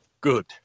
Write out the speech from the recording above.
Good